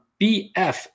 BF